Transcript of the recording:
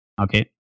Okay